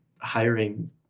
hiring